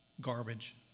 garbage